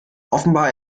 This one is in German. offenbar